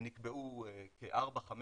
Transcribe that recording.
נקבעו כ-4-5